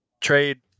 trade